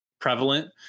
prevalent